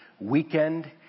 weekend